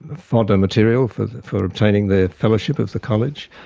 fodder material for for obtaining their fellowship of the college.